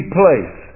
place